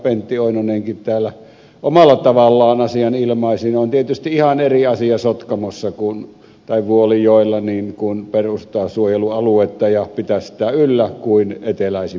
pentti oinonenkin täällä omalla tavallaan asian ilmaisi on tietysti ihan eri asia sotkamossa tai vuolijoella perustaa suojelualuetta ja pitää sitä yllä kuin eteläisimmässä suomessa